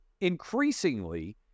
increasingly